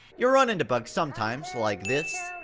you run into bugs sometimes like this,